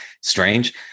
strange